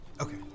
Okay